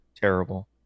terrible